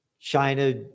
China